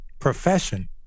profession